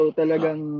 talagang